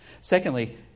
Secondly